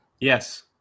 Yes